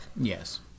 Yes